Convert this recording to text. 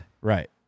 Right